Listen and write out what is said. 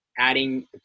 adding